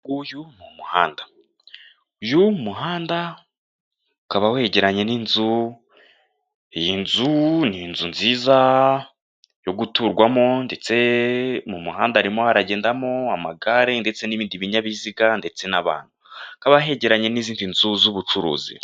Uyunguyu ni umuhanda, uyu muhanda ukaba wegeranye n'inzu, iyi nzu ni inzu nziza yo guturwamo ndetse mu muhanda harimo haragendamo amagare ndetse n'ibindi binyabiziga ndetse n'abantu hakaba hegeranye n'izindi nzu z'ubucuruzi.